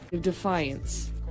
Defiance